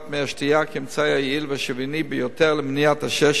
השתייה כאמצעי היעיל והשוויוני ביותר למניעת עששת,